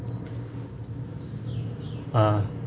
ah